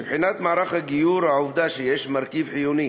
מבחינת מערך הגיור, העובדה שיש מרכיב חיוני